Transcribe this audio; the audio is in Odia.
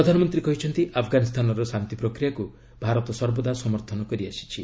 ପ୍ରଧାନମନ୍ତ୍ରୀ କହିଛନ୍ତି ଆଫ୍ଗାନିସ୍ତାନର ଶାନ୍ତି ପ୍ରକ୍ରିୟାକୁ ଭାରତ ସର୍ବଦା ସମର୍ଥନ କରି ଆସିଛି